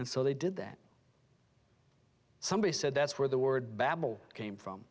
and so they did that somebody said that's where the word babel came from